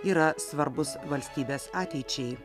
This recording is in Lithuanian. yra svarbus valstybės ateičiai